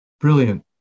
brilliant